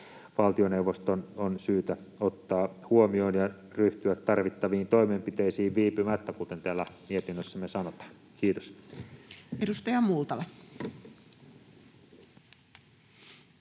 Valtioneuvoston on syytä ottaa se huomioon ja ryhtyä tarvittaviin toimenpiteisiin viipymättä, kuten täällä mietinnössämme sanotaan. — Kiitos. [Speech 262]